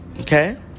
Okay